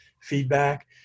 feedback